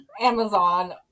Amazon